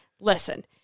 Listen